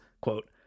quote